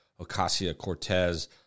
ocasio-cortez